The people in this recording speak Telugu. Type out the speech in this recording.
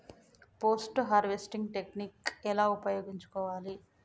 పోస్ట్ హార్వెస్టింగ్ టెక్నిక్ ఎలా ఉపయోగించుకోవాలి?